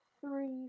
three